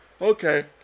Okay